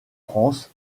france